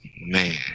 Man